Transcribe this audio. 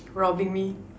robbing me